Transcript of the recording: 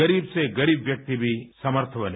गरीब से गरीब व्यक्ति भी समर्थ बने